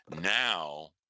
now